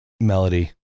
Melody